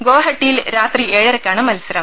ഗോഹട്ടി യിൽ രാത്രി ഏഴരയ്ക്കാണ് മത്സരം